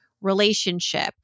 Relationship